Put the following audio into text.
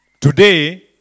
Today